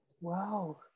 Wow